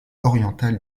orientale